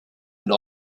and